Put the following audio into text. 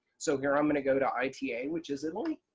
so here i'm going to go to ita which is italy.